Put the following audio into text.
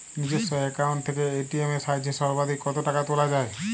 নিজস্ব অ্যাকাউন্ট থেকে এ.টি.এম এর সাহায্যে সর্বাধিক কতো টাকা তোলা যায়?